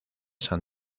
san